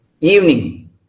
evening